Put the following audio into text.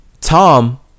Tom